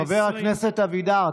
חבר הכנסת אבידר,